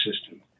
system